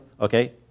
Okay